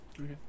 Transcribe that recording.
Okay